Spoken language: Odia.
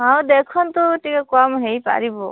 ହଉ ଦେଖନ୍ତୁ ଟିକେ କମ ହେଇପାରିବ